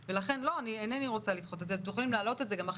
כלומר, לא לדחות לאף אחד בשום